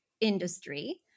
industry